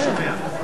לא שומע.